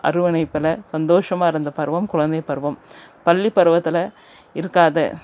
அரவணைப்புல சந்தோஷமாக இருந்த பருவம் குழந்தைப் பருவம் பள்ளிப் பருவத்தில் இருக்காத